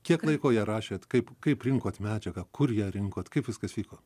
kiek laiko ją rašėt kaip kaip rinkot medžiagą kur ją rinkot kaip viskas vyko